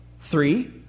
three